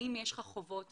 האם יש לך חובות?